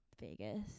Vegas